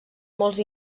molts